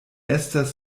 estas